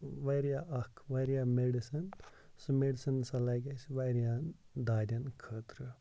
واریاہ اکھ واریاہ میڈِسن سُہ میڈِسن ہسا لَگہِ اَسہِ واریہن دادین خٲطرٕ